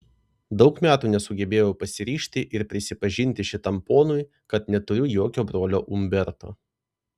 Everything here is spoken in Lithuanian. daug metų nesugebėjau pasiryžti ir prisipažinti šitam ponui kad neturiu jokio brolio umberto